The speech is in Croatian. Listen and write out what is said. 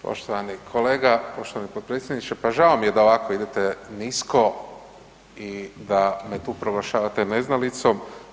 Poštovani kolega, poštovani potpredsjedniče, pa žao mi je da ovako idete nisko i da me tu proglašavate neznalicom.